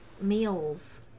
meals